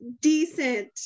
decent